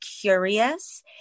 curious